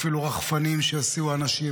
ואפילו רחפנים שיסיעו אנשים.